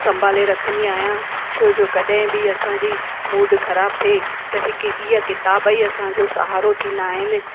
संभाले रखंदी आहियां छो जो कॾहिं बि असांजी मूड ख़राबु थिए त हिकु ईअ क़िताब ई असांजो सहारो थींदा आहिनि